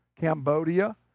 Cambodia